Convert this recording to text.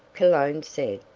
cologne said.